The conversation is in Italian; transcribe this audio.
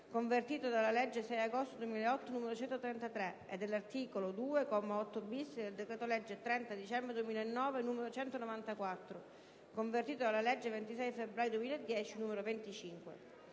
convertito dalla legge 6 agosto 2008, n. 133, e dell'articolo 2, comma 8-*bis*, del decreto-legge 30 dicembre 2009, n. 194, convertito dalla legge 26 febbraio 2010, n. 25.